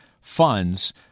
funds